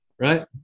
right